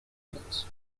hijos